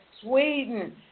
Sweden